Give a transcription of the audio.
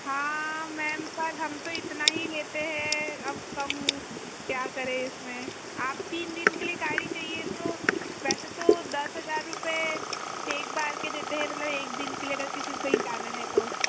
हा मैम पर हम तो इतना ही लेते है अब कम क्या करे इसमें आप तीन दिन के लिए गाड़ी चाहिए तो वैसे तो दस हजार रुपये एक बार के देते हैं मलब एक दिन के लिए अगर किसी को कही जाना है तो